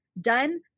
done